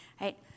right